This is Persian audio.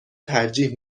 ترجیح